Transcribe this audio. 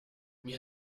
mir